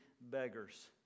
beggars